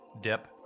dip